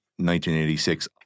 1986